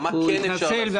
הוא התנצל,